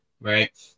right